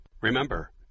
Remember